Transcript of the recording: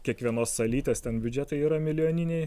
kiekvienos salytės ten biudžetai yra milijoniniai